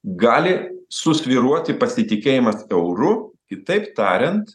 gali susvyruoti pasitikėjimas euru kitaip tariant